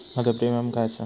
माझो प्रीमियम काय आसा?